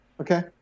Okay